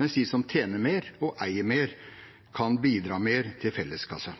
mens de som tjener mer og eier mer, kan bidra mer til